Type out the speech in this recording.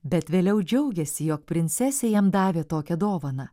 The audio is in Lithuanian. bet vėliau džiaugėsi jog princesė jam davė tokią dovaną